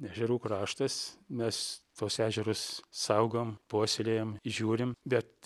ežerų kraštas mes tuos ežerus saugom puoselėjam žiūrim bet